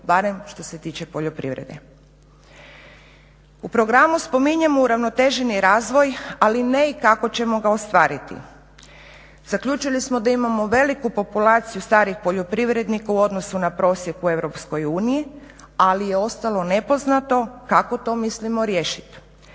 barem što se tiče poljoprivrede. U programu spominjemo uravnoteženi razvoj ali ne i kako ćemo ga ostvariti. Zaključili smo da imamo veliku populaciju starih poljoprivrednika u odnosu na prosjek u EU, ali je ostalo nepoznato kako to mislimo riješiti.